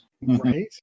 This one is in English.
right